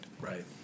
Right